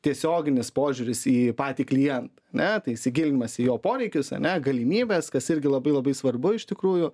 tiesioginis požiūris į patį klientą ane tai įsigilinimas į jo poreikius ane galimybes kas irgi labai labai svarbu iš tikrųjų